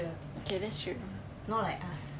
okay that's true